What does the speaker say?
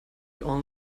all